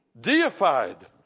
deified